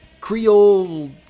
Creole